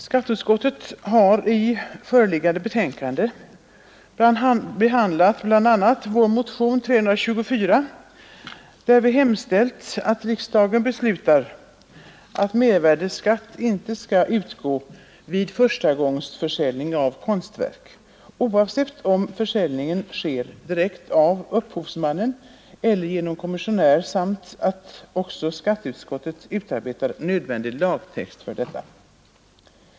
Skatteutskottet har i föreliggande betänkande behandlat bl.a. vår motion, nr 324, vari hemställs att riksdagen beslutar att mervärdeskatt ej skall uttas vid förstagångsförsäljning av konstverk, oavsett om försäljningen sker direkt av upphovsmannen eller genom kommissionär, samt att vederbörande utskott utarbetar nödvändig lagtext.